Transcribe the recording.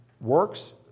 works